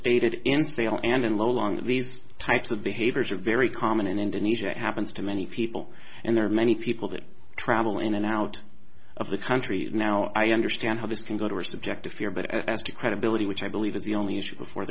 stated in stable and in long these types of behaviors are very common in indonesia happens to many people and there are many people that travel in and out of the country now i understand how this can go to our subjective fear but as to credibility which i believe is the only issue before